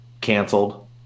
canceled